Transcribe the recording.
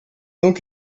donc